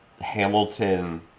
Hamilton